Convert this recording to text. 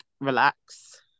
relax